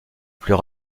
plus